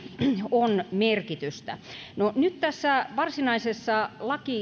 on merkitystä no nyt tässä varsinaisessa